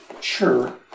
Sure